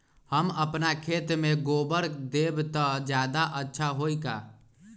हम अपना खेत में गोबर देब त ज्यादा अच्छा होई का?